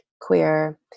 queer